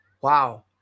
Wow